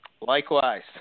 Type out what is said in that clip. Likewise